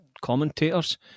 commentators